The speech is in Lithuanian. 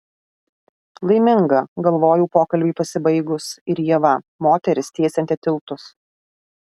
laiminga galvojau pokalbiui pasibaigus ir ieva moteris tiesianti tiltus